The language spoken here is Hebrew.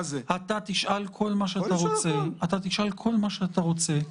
אתה תשאל כל מה שאתה רוצה.